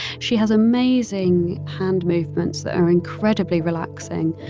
she has amazing hand movements that are incredibly relaxing.